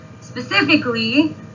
specifically